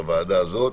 בוועדה הזאת,